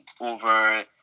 over